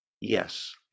Yes